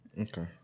Okay